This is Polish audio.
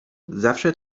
zawsze